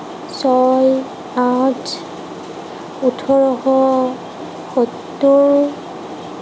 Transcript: ছয় আঠ ওঠৰশ সত্তৰ